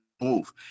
move